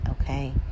Okay